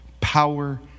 power